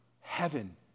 heaven